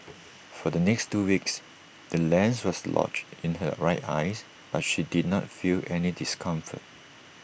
for the next two weeks the lens was lodged in her right eyes but she did not feel any discomfort